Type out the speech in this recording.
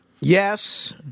Yes